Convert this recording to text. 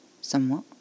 Somewhat